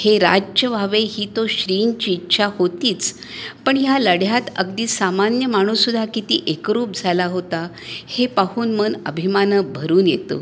हे राज्य व्हावे ही तो श्रींची इच्छा होतीच पण ह्या लढ्यात अगदी सामान्य माणूस सुद्धा किती एकरूप झाला होता हे पाहून मन अभिमानानं भरून येतं